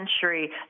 century